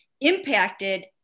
impacted